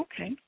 Okay